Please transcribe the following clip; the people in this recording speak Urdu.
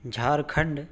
جھارکھنڈ